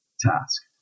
task